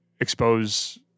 expose